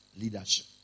leadership